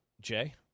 Jay